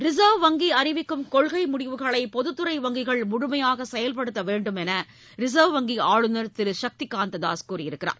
reserve வங்கி அறிவிக்கும் கொள்கை முடிவுகளை பொதுத்துறை வங்கிகள் முழுமையாக செயல்படுத்த வேண்டும் என ரிசர்வ் வங்கி ஆளுநர் திரு சக்திகாந்த தாஸ் கூறியுள்ளார்